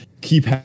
keep